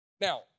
Now